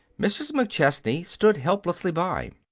mrs. mcchesney stood helplessly by.